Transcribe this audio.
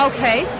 Okay